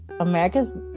America's